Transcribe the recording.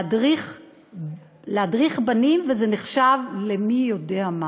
להדריך בנים, וזה נחשב למי-יודע-מה.